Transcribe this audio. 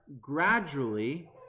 gradually